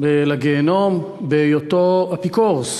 לגיהינום בהיותו אפיקורס.